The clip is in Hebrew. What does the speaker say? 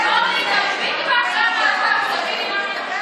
אין שום פיצויים, רק הכרה.